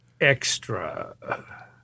Extra